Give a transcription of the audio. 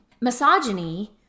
misogyny